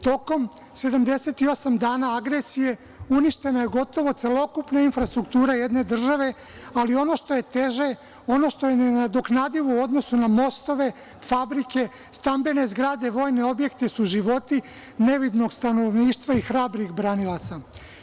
Tokom 78 dana agresije uništena je gotovo celokupna infrastruktura jedne države, ali ono što je teže, ono što je nenadoknadivo u odnosu na mostove, fabrike, stambene zgrade, vojne objekte su životi nevinog stanovništva i hrabrih branilaca.